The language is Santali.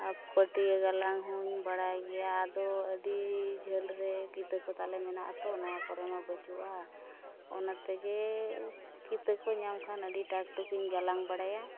ᱟᱨ ᱯᱟᱹᱴᱭᱟᱹ ᱜᱟᱞᱟᱝ ᱦᱚᱸᱧ ᱵᱟᱲᱟᱭ ᱜᱮᱭᱟ ᱟᱫᱚ ᱟᱹᱰᱤ ᱡᱷᱟᱹᱞ ᱨᱮ ᱠᱤᱛᱟᱹ ᱠᱚ ᱛᱟᱞᱮ ᱢᱮᱱᱟᱜ ᱟᱛᱚ ᱱᱚᱣᱟ ᱠᱚᱨᱮ ᱢᱟ ᱵᱟᱹᱱᱩᱜᱼᱟ ᱚᱱᱟ ᱛᱮᱜᱮ ᱠᱤᱛᱟᱹ ᱠᱚᱧ ᱧᱟᱢ ᱠᱷᱟᱱ ᱟᱹᱰᱤ ᱴᱟᱠ ᱴᱩᱠ ᱤᱧ ᱜᱟᱞᱟᱝ ᱵᱟᱲᱟᱭᱟ